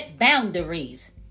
boundaries